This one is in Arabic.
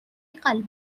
قلب